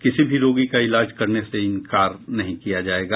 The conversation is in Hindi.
किसी भी रोगी का इलाज करने से इंकार नहीं किया जाएगा